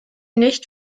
nicht